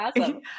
awesome